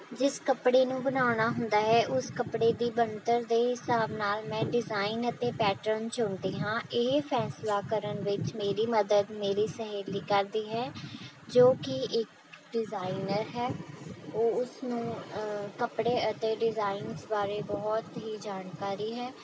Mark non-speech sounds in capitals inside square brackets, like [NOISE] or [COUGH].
ਜਿਸ ਕੱਪੜੇ ਨੂੰ ਬਣਾਉਣਾ ਹੁੰਦਾ ਹੈ ਉਸ ਕੱਪੜੇ ਦੀ ਬਣਤਰ ਦੇ ਹਿਸਾਬ ਨਾਲ ਮੈਂ ਡਿਜ਼ਾਈਨ ਅਤੇ ਪੈਟਰਨ ਚੁਣਦੀ ਹਾਂ ਇਹ ਫੈਸਲਾ ਕਰਨ ਵਿੱਚ ਮੇਰੀ ਮਦਦ ਮੇਰੀ ਸਹੇਲੀ ਕਰਦੀ ਹੈ ਜੋ ਕਿ ਇੱਕ ਡਿਜ਼ਾਈਨਰ ਹੈ [UNINTELLIGIBLE] ਉਸ ਨੂੰ ਕੱਪੜੇ ਅਤੇ ਡਿਜ਼ਾਈਨਜ਼ ਬਾਰੇ ਬਹੁਤ ਹੀ ਜਾਣਕਾਰੀ ਹੈ